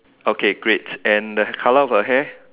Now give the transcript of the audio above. okay great and the colour of her hair